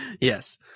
yes